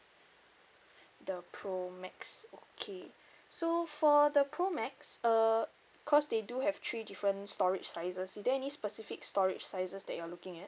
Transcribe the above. the pro max okay so for the pro max uh cause they do have three different storage sizes is there any specific storage sizes that you're looking at